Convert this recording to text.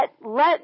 let